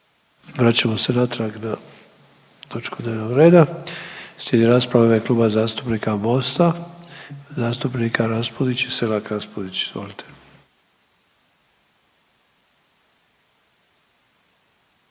vraćamo se natrag na točku dnevnog reda. Slijedi rasprava u ime Kluba zastupnika Mosta zastupnika Raspudić i Selak Raspudić. Izvolite.